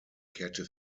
kehrte